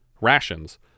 rations